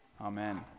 Amen